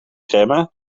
schermen